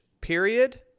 period